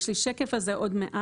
יש לי שקף על זה עוד מעט.